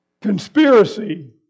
conspiracy